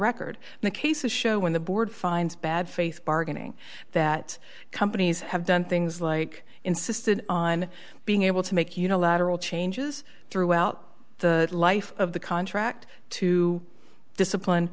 record and cases show when the board finds bad faith bargaining that companies have done things like insisted on being able to make unilateral changes throughout the life of the contract to discipline